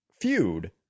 feud